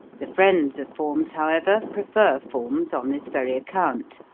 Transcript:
the friends of forms, however, prefer forms on this very account.